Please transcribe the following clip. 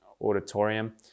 auditorium